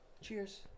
cheers